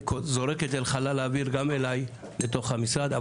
אני זורק את זה לחלל האוויר גם אליי לתוך המשרד,